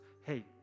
hey